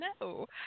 No